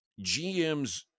GMs